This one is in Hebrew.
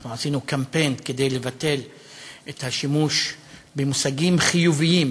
אנחנו עשינו קמפיין כדי לבטל את השימוש במושגים חיוביים,